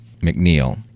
McNeil